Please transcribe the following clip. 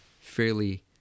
fairly